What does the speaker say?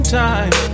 time